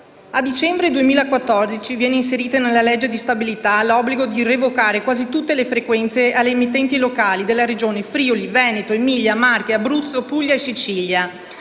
A dicembre 2014 viene inserito nella legge di stabilità l'obbligo di revocare quasi tutte le frequenze alle emittenti locali delle Regioni Friuli, Veneto, Emilia, Marche, Abruzzo, Puglia e Sicilia.